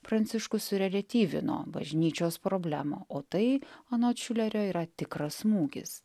pranciškus sereliatyvino bažnyčios problema o tai anot šiulerio yra tikras smūgis